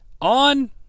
on